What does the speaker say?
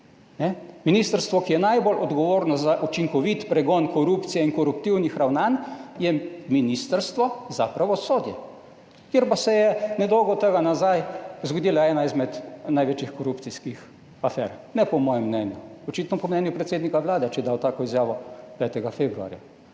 Ministrstvo, ki je najbolj odgovorno za učinkovit pregon korupcije in koruptivnih ravnanj, je Ministrstvo za pravosodje, kjer pa se je nedolgo tega nazaj zgodila ena izmed največjih korupcijskih afer - ne po mojem mnenju, očitno po mnenju predsednika Vlade, če je dal tako izjavo 5. februarja.